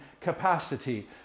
capacity